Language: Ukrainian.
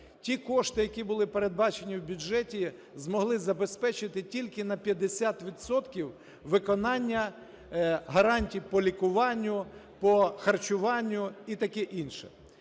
ті кошти, які були передбачені в бюджеті, змогли забезпечити тільки на 50 відсотків виконання гарантій по лікуванню, по харчуванню і таке інше.